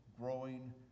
growing